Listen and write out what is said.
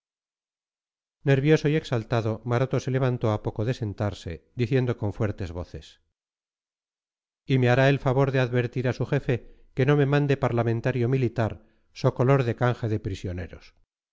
nervioso y exaltado maroto se levantó a poco de sentarse diciendo con fuertes voces y me hará el favor de advertir a su jefe que no me mande parlamentario militar so color de canje de prisioneros